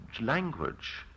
language